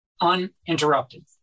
uninterrupted